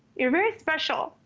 you're very special.